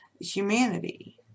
humanity